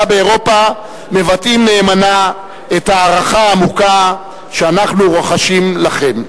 באירופה מבטא נאמנה את ההערכה העמוקה שאנחנו רוחשים לכם.